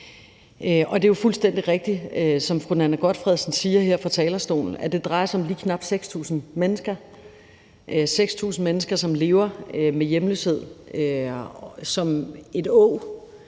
det er jo fuldstændig rigtigt, som fru Nanna W. Gotfredsen siger her fra talerstolen, at det drejer sig om lige knap 6.000 mennesker – 6.000 mennesker, som lever med hjemløshed som et åg